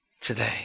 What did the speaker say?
today